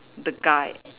the guy